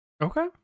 Okay